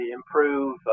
improve